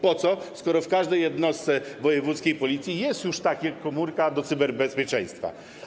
Po co, skoro w każdej jednostce wojewódzkiej Policji jest już taka komórka do spraw cyberbezpieczeństwa?